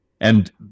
And-